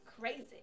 Crazy